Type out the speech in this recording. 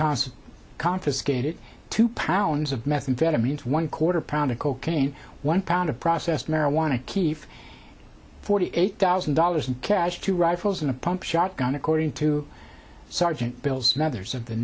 consul confiscated two pounds of methamphetamine one quarter pound of cocaine one pound of processed marijuana keefe forty eight thousand dollars in cash two rifles in a pump shotgun according to sergeant bills and others of the